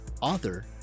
author